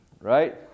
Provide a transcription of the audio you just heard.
right